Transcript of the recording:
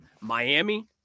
Miami